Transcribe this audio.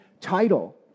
title